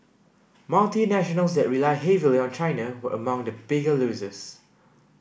multinationals that rely heavily on China were among the bigger losers